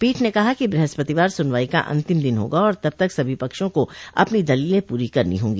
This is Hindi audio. पीठ ने कहा है कि बृहस्पतिवार सुनवाई का अंतिम दिन होगा और तब तक सभी पक्षों को अपनी दलीलें पूरी करनी होंगी